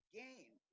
game